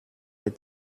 est